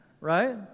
right